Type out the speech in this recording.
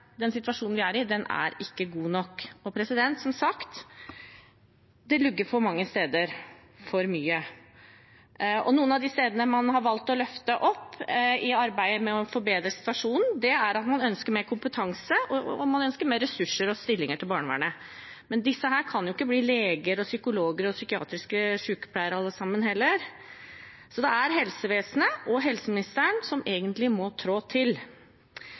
den situasjonen vi er i, ikke er god nok. Som sagt, det lugger for mange steder, og for mye. Noe av det man har valgt å løfte opp i arbeidet med å forbedre situasjonen, er at man ønsker mer kompetanse og flere ressurser og stillinger til barnevernet. Men disse kan jo ikke bli leger, psykologer og psykiatriske sykepleiere alle sammen heller, så det er helsevesenet og helseministeren som egentlig må trå til.